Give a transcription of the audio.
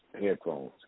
headphones